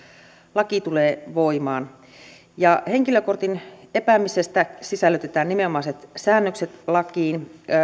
laki tulee voimaan henkilökortin epäämisestä sisällytetään nimenomaiset säännökset lakiin